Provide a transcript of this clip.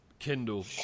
kindle